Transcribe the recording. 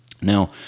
Now